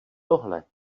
tohle